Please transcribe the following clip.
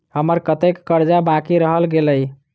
हम्मर कत्तेक कर्जा बाकी रहल गेलइ?